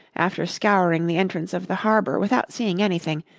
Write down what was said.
after scouring the entrance of the harbour without seeing anything,